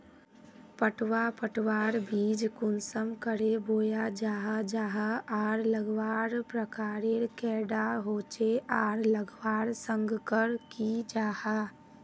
पटवा पटवार बीज कुंसम करे बोया जाहा जाहा आर लगवार प्रकारेर कैडा होचे आर लगवार संगकर की जाहा?